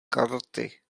karty